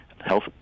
health